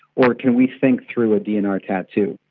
or can we think through a dnr tattoo?